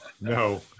no